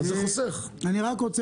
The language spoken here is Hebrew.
רק אומר